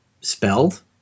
spelled